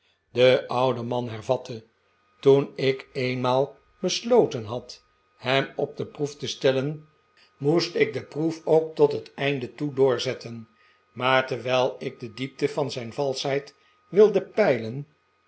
de oude man hervatte toen ik eenmaal besloten had hem op de proef te stellen moest ik de proef ook tot het einde toe doorzetten maar terwijl ik de diepte van zijn valschheid wilde peilen